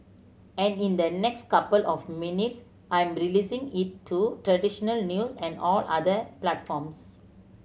and in the next couple of minutes I'm releasing it to traditional news and all other platforms